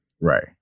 Right